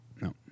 no